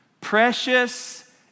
Precious